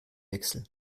wechsel